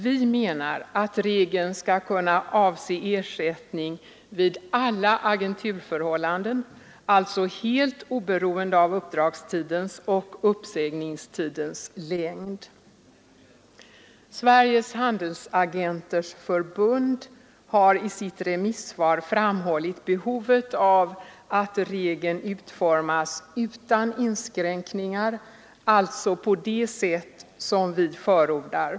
Vi menar att regeln skall kunna avse ersättning vid alla agenturförhållanden, alltså helt oberoende av uppdragstidens och uppsägningstidens längd. Sveriges handelsagenters förbund har i sitt remissvar framhållit behovet av att regeln utformas utan inskränkningar, alltså på det sätt som vi förordar.